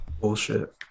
Bullshit